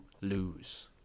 lose